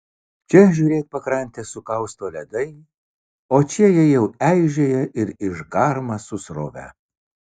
čia žiūrėk pakrantę sukausto ledai o čia jie jau eižėja ir išgarma su srove